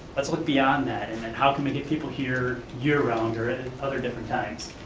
let's look beyond that, and and how can we get people here year around or in other different times?